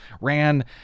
ran